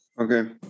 Okay